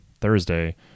Thursday